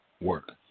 Work